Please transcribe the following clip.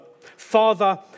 Father